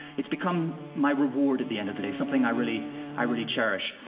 it's become my reward at the end of the day, something i really i really cherish.